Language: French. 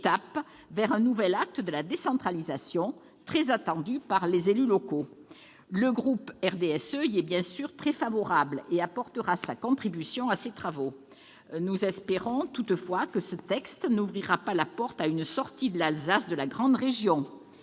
étape vers un nouvel acte de la décentralisation, très attendu par les élus locaux. Le groupe du RDSE y est bien sûr très favorable et apportera sa contribution à ces travaux. Nous espérons toutefois que ce texte n'ouvrira pas la porte à une sortie de l'Alsace de la grande région.